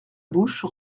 bouche